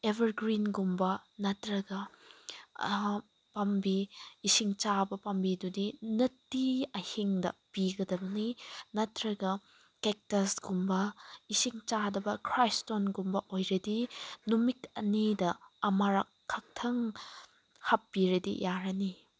ꯑꯦꯕꯔꯒ꯭ꯔꯤꯟꯒꯨꯝꯕ ꯅꯠꯇ꯭ꯔꯒ ꯄꯥꯝꯕꯤ ꯏꯁꯤꯡ ꯆꯥꯕ ꯄꯥꯝꯕꯤꯗꯨꯗꯤ ꯅꯨꯡꯇꯤ ꯑꯍꯤꯡꯗ ꯄꯤꯒꯗꯕꯅꯤ ꯅꯠꯇꯔꯒ ꯀꯦꯛꯇꯁꯀꯨꯝꯕ ꯏꯁꯤꯡ ꯆꯥꯗꯕ ꯈ꯭ꯔꯥꯏꯁꯇꯣꯟꯒꯨꯝꯕ ꯑꯣꯏꯔꯗꯤ ꯅꯨꯃꯤꯠ ꯑꯅꯤꯗ ꯑꯃꯨꯔꯛ ꯈꯛꯇꯪ ꯍꯥꯞꯄꯤꯔꯗꯤ ꯌꯥꯔꯅꯤ